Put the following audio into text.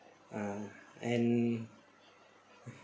ah and